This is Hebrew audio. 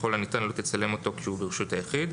וככל הניתן לא תצלם אדם כשהוא ברשות היחיד".